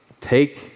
Take